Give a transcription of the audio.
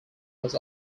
was